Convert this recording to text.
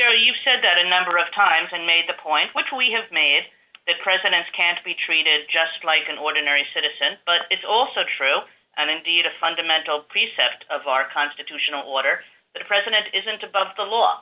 secretary you've said that a number of times and made the point which we have made that presidents can't be treated just like an ordinary citizen but it's also true and indeed a fundamental precept of our constitutional order the president isn't above the